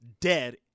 dead